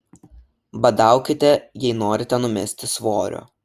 badaukite jei norite numesti svorio